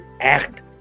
act